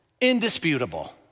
Indisputable